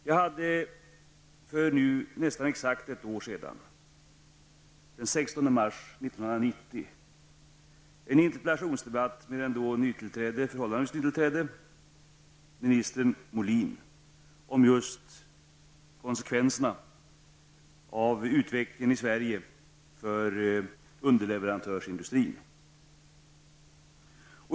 Jag hade för nästan exakt ett år sedan, den 16 mars 1990, en interpellationsdebatt med den då förhållandevis nytillträdde ministern Molin om just konsekvenserna av utvecklingen i Sverige för underleverantörsindustrin.